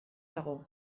dago